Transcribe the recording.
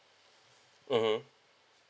mmhmm